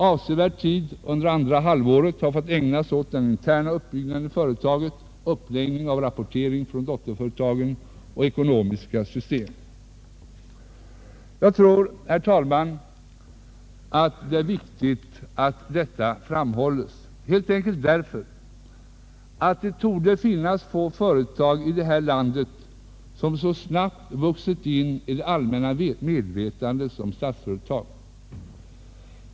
Avsevärd tid under andra halvåret har fått ägnas åt den interna uppbyggnaden av företaget, uppläggningen av rapporteringen från dotterföretag och ekonomiska system. Jag tror, herr talman, att det är viktigt att detta framhålles, helt enkelt därför att det torde finnas få företag i det här landet som så snabbt vuxit in i det allmänna medvetandet som Statsföretag.